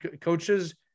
Coaches